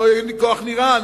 אם יהיה כוח נירה,